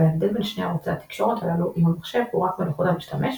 וההבדל בין שני ערוצי התקשורת הללו עם המחשב הוא רק בנוחות המשתמש,